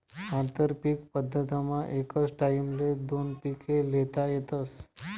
आंतरपीक पद्धतमा एकच टाईमले दोन पिके ल्हेता येतस